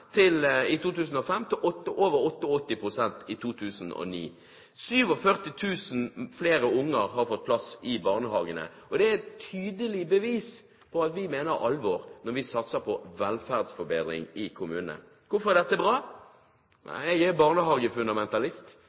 i 2005 til over 88 pst. i 2009. 47 000 flere unger har fått plass i barnehage. Det er et tydelig bevis på at vi mener alvor når vi satser på velferdsforbedring i kommunene. Hvorfor er dette bra? Jeg er